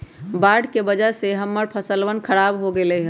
बाढ़ के वजह से हम्मर फसलवन खराब हो गई लय